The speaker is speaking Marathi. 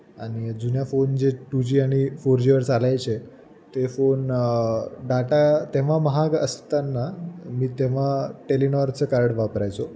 आणि जुन्या फोन जे टू जी आणि फोर जीवर चालायचे ते फोन डाटा तेव्हा महाग असताना मी तेव्हा टेलिनॉरचं कार्ड वापरायचो